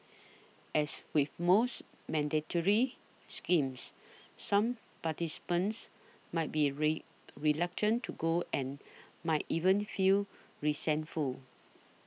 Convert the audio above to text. as with most mandatory schemes some participants might be ray reluctant to go and might even feel resentful